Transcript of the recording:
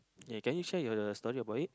yeah can you share your story about it